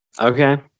Okay